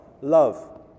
love